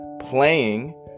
playing